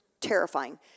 terrifying